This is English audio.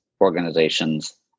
organizations